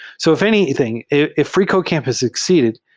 so if anything, if freecodecamp has succeeded,